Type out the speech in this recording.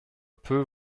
peut